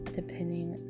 depending